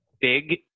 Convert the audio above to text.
Big